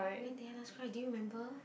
when did I last cry do you remember